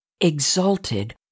exalted